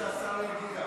עד שהשר יגיע.